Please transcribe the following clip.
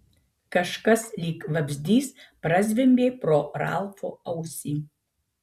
kažkas lyg vabzdys prazvimbė pro ralfo ausį